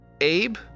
Abe